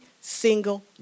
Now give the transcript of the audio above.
single